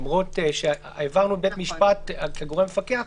למרות שהעברנו לבית משפט כגורם מפקח,